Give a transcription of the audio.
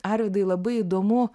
arvydai labai įdomu